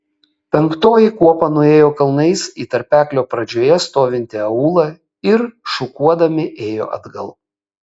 penktoji kuopa nuėjo kalnais į tarpeklio pradžioje stovintį aūlą ir šukuodami ėjo atgal